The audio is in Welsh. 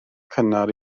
cynnar